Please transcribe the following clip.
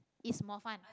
it's more fun